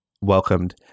welcomed